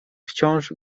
wciąż